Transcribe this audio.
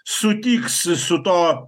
sutiks su to